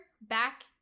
back